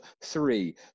three